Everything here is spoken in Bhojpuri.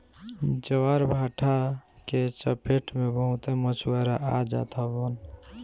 ज्वारभाटा के चपेट में बहुते मछुआरा आ जात हवन